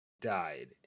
died